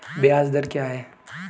ब्याज दर क्या है?